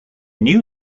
new